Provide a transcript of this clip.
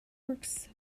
works